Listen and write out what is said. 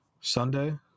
Sunday